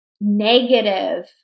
negative